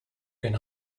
can